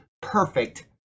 perfect